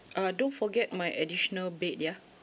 uh don't forget my additional bed ya